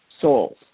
souls